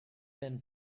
been